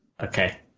Okay